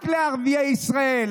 רק לערביי ישראל,